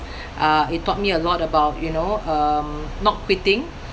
uh it taught me a lot about you know um not quitting